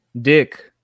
Dick